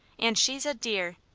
and she's a dear.